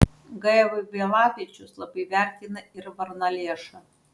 g vaivilavičius labai vertina ir varnalėšą